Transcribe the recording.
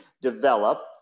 develop